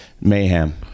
Mayhem